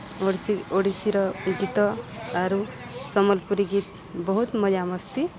ଓଡ଼ିଶୀ ଓଡ଼ିଶୀର ଗୀତ ଆରୁ ସମ୍ବଲପୁରୀ ଗୀତ ବହୁତ୍ ମଜା ମସ୍ତି